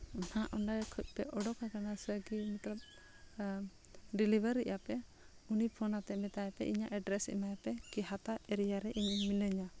ᱱᱟᱜ ᱚᱸᱰᱮ ᱠᱷᱚᱡ ᱯᱮ ᱚᱰᱳᱠ ᱟᱠᱟᱱᱟ ᱥᱮ ᱠᱤ ᱱᱤᱛᱚᱜ ᱰᱮᱞᱤᱵᱷᱟᱹᱨᱤᱭᱮᱫ ᱟᱯᱮ ᱩᱱᱤ ᱯᱳᱱ ᱠᱟᱛᱮᱫ ᱢᱮᱛᱟᱭ ᱯᱮ ᱤᱧᱟᱹᱜ ᱮᱰᱽᱰᱨᱮᱥ ᱮᱢᱟᱭ ᱯᱮ ᱠᱤ ᱦᱟᱛᱟᱣ ᱮᱨᱤᱭᱟ ᱨᱮ ᱤᱧ ᱢᱤᱱᱟᱹᱧᱟ